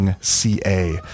CA